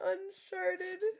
Uncharted